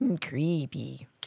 Creepy